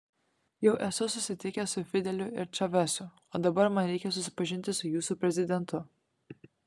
jau esu susitikęs su fideliu ir čavesu o dabar man reikia susipažinti su jūsų prezidentu